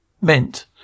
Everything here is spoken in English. meant